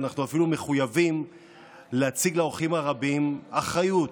אנחנו מחויבים להציג לאורחים הרבים אחריות.